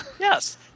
Yes